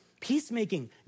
Peacemaking